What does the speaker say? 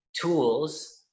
tools